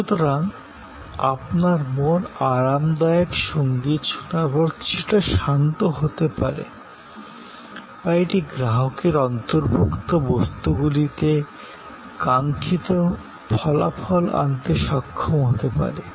সুতরাং আপনার মন আরামদায়ক সংগীত শোনার পরে কিছুটা শান্ত হতে পারে বা এটি গ্রাহকের অন্তর্ভুক্ত বস্তুগুলিতে কাঙ্ক্ষিত ফলাফল আনতে সক্ষম হতে পারে